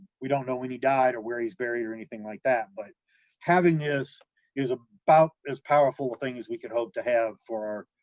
we don't know when he died or where he's buried or anything like that, but having this is ah about as powerful a thing as we could hope to have for our,